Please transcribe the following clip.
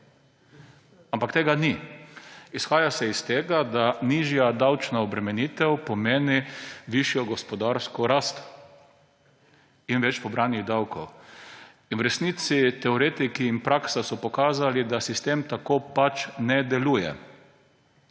ampak tega ni. Izhaja se iz tega, da nižja davčna obremenitev pomeni višjo gospodarsko rast in več pobranih davkov. V resnici so teoretiki in praksa pokazali, da sistem tako pač ne deluje.